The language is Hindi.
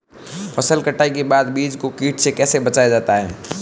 फसल कटाई के बाद बीज को कीट से कैसे बचाया जाता है?